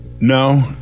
No